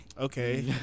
Okay